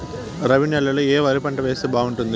రబి నెలలో ఏ వరి పంట వేస్తే బాగుంటుంది